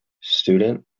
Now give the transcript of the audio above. student